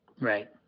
Right